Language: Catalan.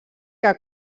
que